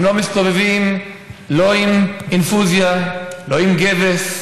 הם לא מסתובבים לא עם אינפוזיה ולא עם גבס,